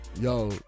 Yo